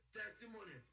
testimony